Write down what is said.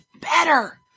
better